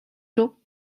шүү